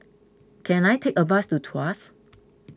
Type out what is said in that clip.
can I take a bus to Tuas